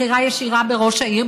בחירה ישירה בראש העיר,